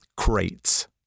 crates